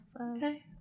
Okay